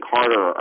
Carter